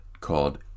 called